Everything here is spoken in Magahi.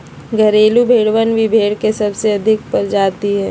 घरेलू भेड़वन भी भेड़ के सबसे अधिक प्रजाति हई